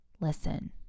listen